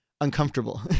uncomfortable